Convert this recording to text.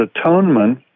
atonement